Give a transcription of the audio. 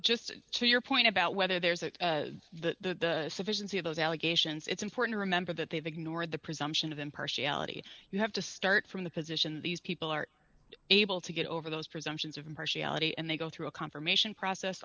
just to your point about whether there's that the sufficiency of those allegations it's important to remember that they've ignored the presumption of impartiality you have to start from the position these people are able to get over those presumptions of impartiality and they go through a confirmation process